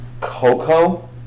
coco